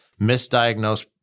misdiagnosed